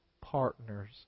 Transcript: partners